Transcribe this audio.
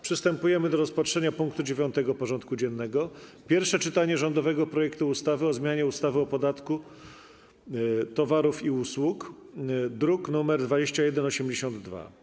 Przystępujemy do rozpatrzenia punktu 9. porządku dziennego: Pierwsze czytanie rządowego projektu ustawy o zmianie ustawy o podatku od towarów i usług (druk nr 2182)